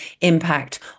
impact